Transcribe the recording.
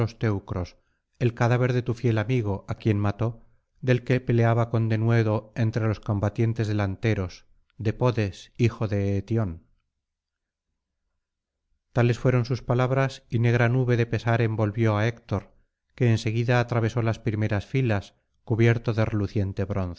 el cadáver de tu fiel amigo á quien mató del que peleaba con denuedo entre los combatientes delanteros de podes hijo de eti tales fueron sus palabras y negra nube de pesar envolvió á héctor que en seguida atravesó las primeras filas cubierto de reluciente